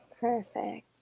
Perfect